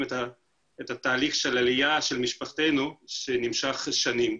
את תהליך העלייה של משפחתנו שנמשך שנים.